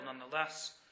nonetheless